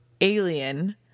Alien